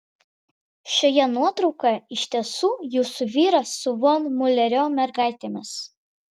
šioje nuotraukoje iš tiesų jūsų vyras su von miulerio mergaitėmis